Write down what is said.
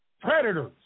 predators